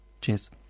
Cheers